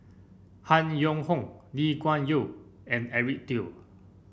Han Yong Hong Lee Kuan Yew and Eric Teo